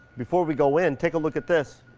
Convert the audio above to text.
before we go in, take a look at this.